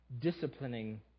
Disciplining